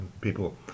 people